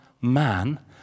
man